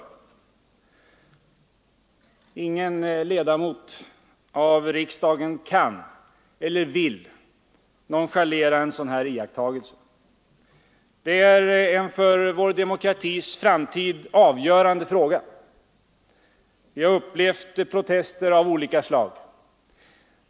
Ingen ledamot av riksdagen kan eller vill nonchalera en sådan här iakttagelse. Det är en för demokratins framtid avgörande fråga. Vi har upplevt protester av olika slag.